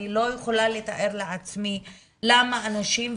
אני לא יכולה לתאר לעצמי למה אנשים,